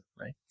right